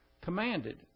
commanded